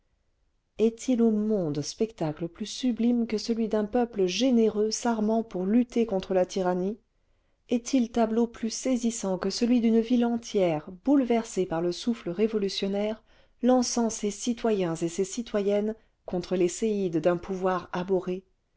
siècle est ilau monde spectacle plus sublime que celui d'un peuple généreux s'armant pour lutter contre la tyrannie est-il tableau plus saisissant que celui d'une ville entière bouleversée par le souffle révolutionnaire lançant ses citoyens et ses citoyennes contre les séides d'un pouvoir abhorré